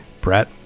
Brett